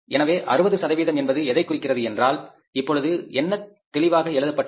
எனவே 60 சதவீதம் என்பது எதைக் குறிக்கிறது என்றால் இப்பொழுது என்ன தெளிவாக எழுதப்பட்டது